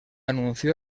anunció